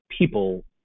people